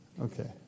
Okay